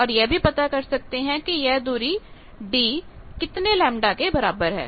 और यह भी पता कर सकते हैं की यह दूरी d कितने लैम्ब्डा के बराबर है